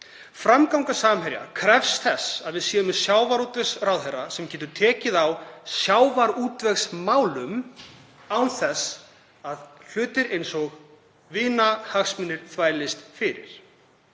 Framganga Samherja krefst þess að við séum með sjávarútvegsráðherra sem getur tekið á sjávarútvegsmálum án þess að hlutir eins og vinahagsmunir þvælist fyrir.